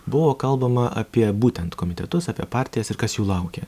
buvo kalbama apie būtent komitetus apie partijas ir kas jų laukia